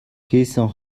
хийсэн